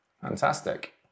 Fantastic